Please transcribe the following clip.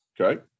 Okay